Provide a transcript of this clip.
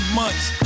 months